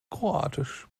kroatisch